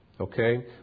Okay